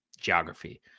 geography